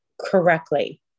correctly